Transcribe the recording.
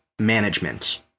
management